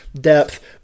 depth